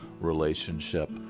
relationship